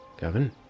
Gavin